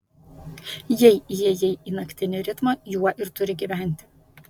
jei įėjai į naktinį ritmą juo ir turi gyventi